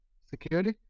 security